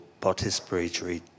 participatory